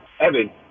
Evan